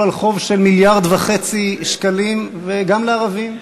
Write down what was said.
על חוב של מיליארד וחצי שקלים גם לערבים,